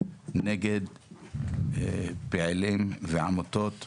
נגד פעילים ועמותות